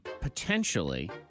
potentially